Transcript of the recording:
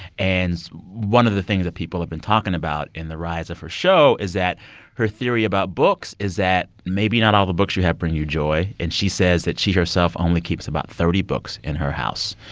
and one of the things that people have been talking about in the rise of her show is that her theory about books is that maybe not all the books you have bring you joy. and she says that she herself only keeps about thirty books in her house.